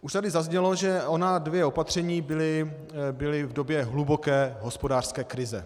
Už tady zaznělo, že ona dvě opatření byla v době hluboké hospodářské krize.